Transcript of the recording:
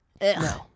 no